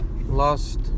Lost